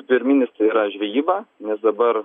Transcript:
pirminis tai yra žvejyba nes dabar